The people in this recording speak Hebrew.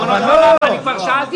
אני כבר שאלתי.